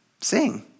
sing